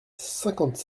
cinquante